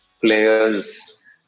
players